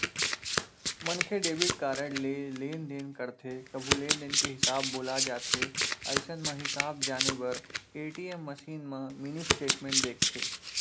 मनखे debit card ले लेनदेन करथे कभू लेनदेन के हिसाब भूला जाथे अइसन म हिसाब जाने बर ए.टी.एम मसीन म मिनी स्टेटमेंट देखथे